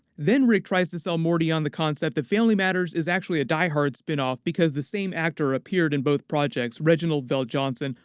then rick tries to sell morty on the concept that family matters is actually a die hard spin-off, because the same actor appeared in both projects reginald veljohnson.